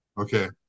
Okay